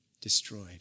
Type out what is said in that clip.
destroyed